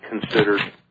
considered